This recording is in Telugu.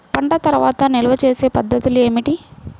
పంట తర్వాత నిల్వ చేసే పద్ధతులు ఏమిటి?